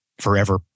forever